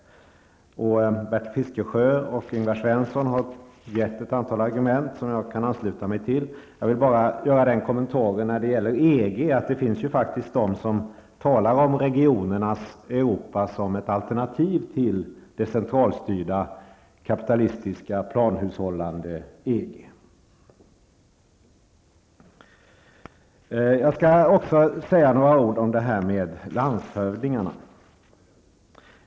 Bertil Fiskesjö och Ingvar Svensson har gett ett antal argument som jag kan ansluta mig till. Jag vill bara göra en kommentar när det gäller EG. Det finns faktiskt de som talar om regionernas Europa som ett alternativ till det centralstyrda kapitalistiska planhushållande EG. Jag skall också säga några ord om landshövdingarna.